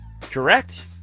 Correct